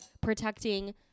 protecting